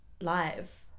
live